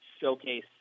showcase